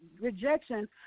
rejection